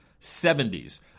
70s